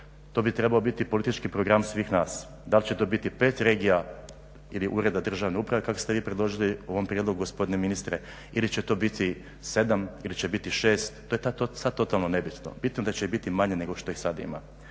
To bi trebao biti politički program svih nas, dal će to biti pet regija ili Ureda državne uprave kako ste vi predložili u ovom prijedlogu gospodine ministre ili će to biti 7 ili će biti 6 to je sad totalno nebitno, bitno da će ih biti manje nego što ih sad ima.